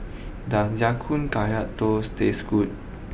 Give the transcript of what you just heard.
does Ya Kun Kaya Toast taste good